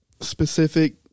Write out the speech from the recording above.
specific